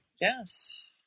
Yes